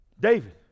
David